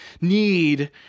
need